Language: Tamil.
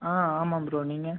ஆ ஆமாம் ப்ரோ நீங்கள்